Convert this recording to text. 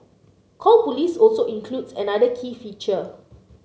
call police also includes another key feature